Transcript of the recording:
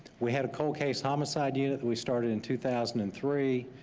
we had a cold case homicide unit we started in two thousand and three.